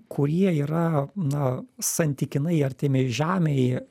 kurie yra na santykinai artimi žemei